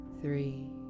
Three